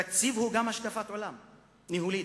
תקציב הוא גם השקפת עולם ניהולית,